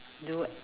do